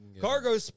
Cargo